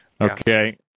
Okay